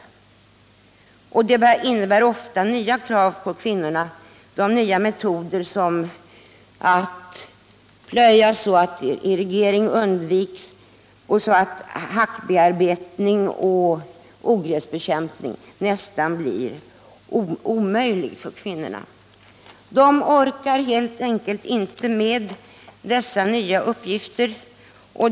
De nya metoderna ställer ofta högre krav på kvinnorna — plöjning för att undvika irrigation medför t.ex. att hackbearbetning och ogräsbekämpning blir nästan omöjliga för kvinnorna. De orkar helt enkelt inte med de nya uppgifterna.